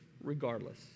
Regardless